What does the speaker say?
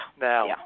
Now